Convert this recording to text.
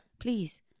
Please